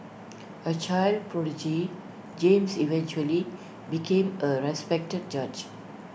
A child prodigy James eventually became A respected judge